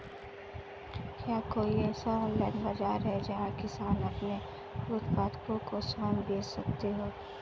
क्या कोई ऐसा ऑनलाइन बाज़ार है जहाँ किसान अपने उत्पादकों को स्वयं बेच सकते हों?